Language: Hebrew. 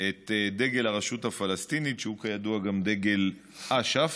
את דגל הרשות הפלסטינית, שהוא כידוע גם דגל אש"ף.